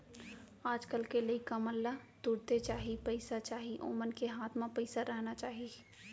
आज कल के लइका मन ला तुरते ताही पइसा चाही ओमन के हाथ म पइसा रहना चाही